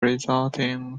resulting